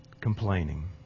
Complaining